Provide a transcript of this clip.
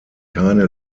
keine